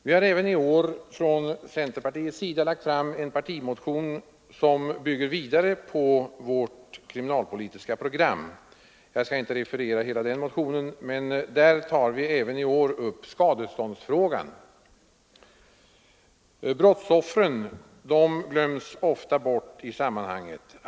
Vi har även i år från centerpartiets sida lagt fram en partimotion, som bygger vidare på vårt kriminalpolitiska program. Jag skall inte referera hela den motionen, men där tar vi även i år upp skadeståndsfrågan. Brottsoffren glöms ofta bort i sammanhanget.